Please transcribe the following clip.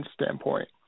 standpoint